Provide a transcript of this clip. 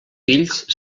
fills